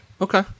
Okay